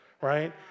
Right